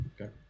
Okay